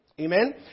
Amen